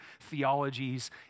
theologies